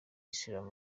islam